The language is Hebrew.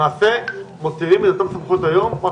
למעשה מותירים את אותה סמכות היום רק